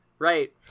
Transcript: Right